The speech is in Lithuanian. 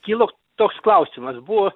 kilo toks klausimas buvo